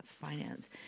finance